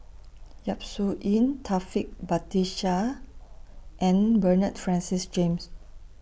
Yap Su Yin Taufik Batisah and Bernard Francis James